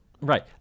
right